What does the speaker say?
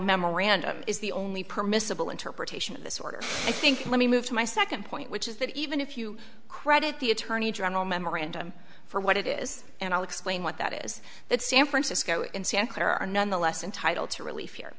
memorandum is the only permissible interpretation of this order i think let me move to my second point which is that even if you credit the attorney general memorandum for what it is and i'll explain what that is that san francisco in santa clara are nonetheless entitle to relief here